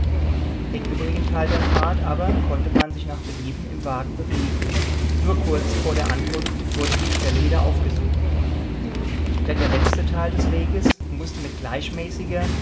den übrigen teil der fahrt über konnte man sich nach belieben im wagen bewegen nur kurz vor der ankunft wurden die gestelle wieder aufgesucht denn der letzte teil des weges mußte mit gleichmäßiger